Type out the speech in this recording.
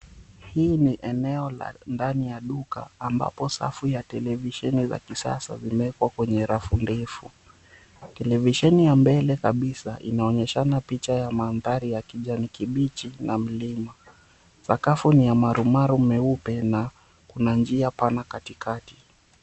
Hili ni eneo la ndani ya duka ambapo safu ya televisheni za kisasa zimeeka kwenye rafu ndefu. Televisheni ya mbele kabisa inaonyeshana picha ya mandhari ya kijani kibichi na mlima. Sakafu ni ya maru maru meupe na kuna njia katikati.